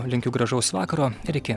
linkiu gražaus vakaro ir iki